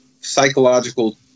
psychological